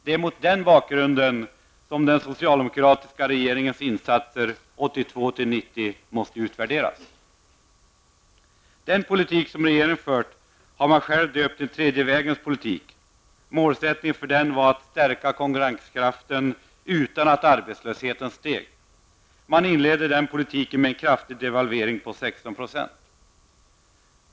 Det är mot den bakgrunden som den socialdemokratiska regeringens insatser 1982--1990 måste utvärderas. Den politik som regeringen fört har man själv döpt till ''tredje vägens politik''. Målsättningen för den var att stärka konkurrenskraften utan att arbetslösheten steg. Man inledde denna politik med en kraftig devalvering på 16 %.